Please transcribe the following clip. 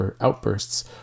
outbursts